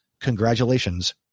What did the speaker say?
congratulations